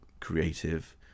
creative